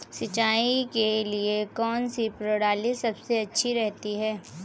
सिंचाई के लिए कौनसी प्रणाली सबसे अच्छी रहती है?